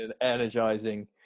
energizing